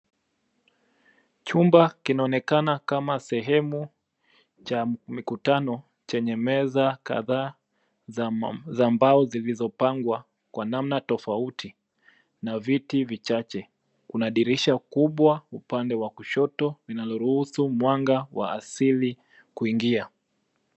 Chumba kinaonekana kama sehemu cha mikutano chenye meza kadhaa za mbao zilizopangwa kwa namna tofauti na viti vichache. Kuna dirisha kubwa upande wa kushoto, vinalo ruhusu mwanga wa asili kuingia.